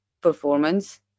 performance